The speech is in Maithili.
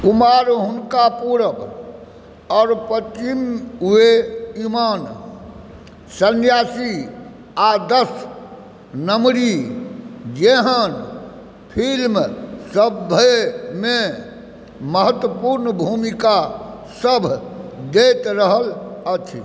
कुमार हुनका पूरब और पश्चिम बेइमान सन्यासी आ दस नम्बरी जेहन फिल्म सबमे महत्त्वपूर्ण भूमिका सब दैत रहल छथि